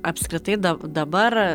apskritai dav dabar